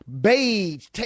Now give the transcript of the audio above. beige